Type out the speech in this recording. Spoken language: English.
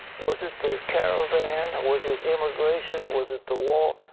was it the caravan? was it immigration? was it the wall?